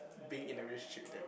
being in a relationship with them